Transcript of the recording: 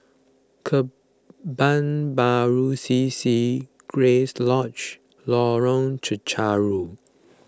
Kebun Baru C C Grace Lodge and Lorong Chencharu